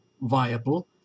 viable